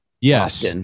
Yes